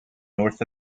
north